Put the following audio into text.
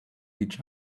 each